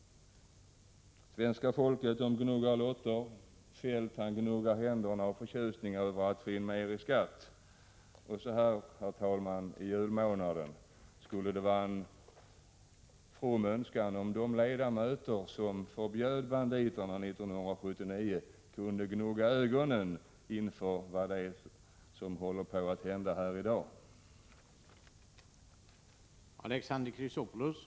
Svenska folket gnuggar lotter, och Feldt gnuggar händerna av förtjusning över att få in mer i skatt. Så här i julmånaden, herr talman, är det en from önskan att de ledamöter som 1979 förbjöd de enarmade banditerna skall gnugga sig i ögonen och se vad det är som i dag håller på att hända.